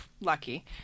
lucky